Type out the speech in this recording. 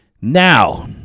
Now